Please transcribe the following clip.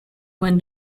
when